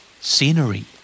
Scenery